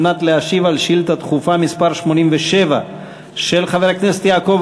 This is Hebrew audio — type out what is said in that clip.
על מנת להשיב על שאילתה דחופה מס' 87 של חבר הכנסת יעקב